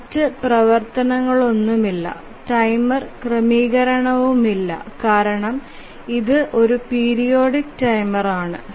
മറ്റ് പ്രവർത്തനങ്ങളൊന്നുമില്ല ടൈമർ ക്രമീകരണവുമില്ല കാരണം ഇത് ഒരു പീരിയോഡിക് ടൈമർ ആണ്